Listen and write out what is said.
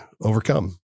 overcome